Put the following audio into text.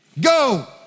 Go